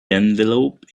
envelope